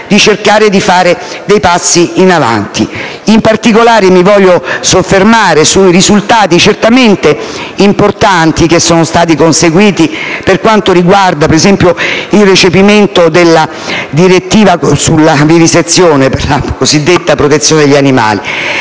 europea di fare dei passi avanti. In particolare, io mi voglio soffermare sui risultati, certamente importanti, che sono stati conseguiti per quanto riguarda, ad esempio, il recepimento della direttiva sulla vivisezione, la cosiddetta protezione degli animali.